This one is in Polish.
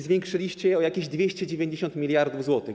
Zwiększyliście je o jakieś 290 mld zł.